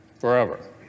forever